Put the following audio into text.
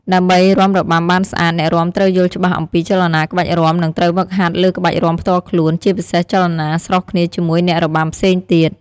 ដើម្បីរាំរបាំបានស្អាត អ្នករាំត្រូវយល់ច្បាស់អំពីចលនាក្បាច់រាំ និង ត្រូវហ្វឹកហាត់លើក្បាច់រាំផ្ទាល់ខ្លួន ជាពិសេសចលនាស្រុះគ្នាជាមួយអ្នករបាំផ្សេងទៀត។